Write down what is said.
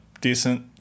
decent